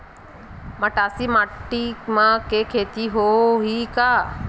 मटासी माटी म के खेती होही का?